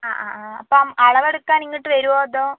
അപ്പം അളവെടുക്കാൻ ഇങ്ങോട്ട് വരുമോ അതോ